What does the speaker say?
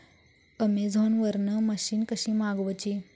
Amazon वरन machine कशी मागवची?